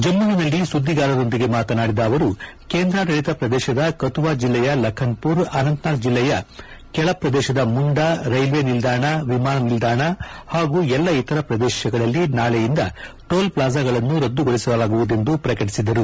ಜಮ್ಮವಿನಲ್ಲಿ ಸುದ್ದಿಗಾರರೊಂದಿಗೆ ಮಾತನಾಡಿದ ಅವರು ಕೇಂದ್ರಾಡಳಿತ ಪ್ರದೇಶದ ಕತುವಾ ಜಿಲ್ಲೆಯ ಲಖನ್ಮರ್ ಅನಂತನಾಗ್ ಜಿಲ್ಲೆಯ ಕೆಳಪ್ರದೇಶದ ಮುಂಡಾ ರೈಲ್ವೆ ನಿಲ್ದಾಣ ವಿಮಾನ ನಿಲ್ದಾಣ ಹಾಗೂ ಎಲ್ಲ ಇತರ ಪ್ರದೇಶಗಳಲ್ಲಿ ನಾಳೆಯಿಂದ ಟೋಲ್ ಪ್ಲಾಜಾಗಳನ್ನು ರದ್ದುಗೊಳಿಸಲಾಗುವುದೆಂದು ಪ್ರಕಟಿಸಿದರು